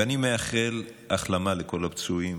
ואני מאחל החלמה לכל הפצועים,